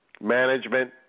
Management